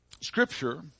Scripture